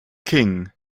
king